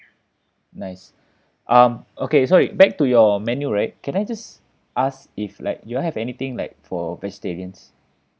nice um okay sorry back to your menu right can I just ask if like you all have anything like for vegetarians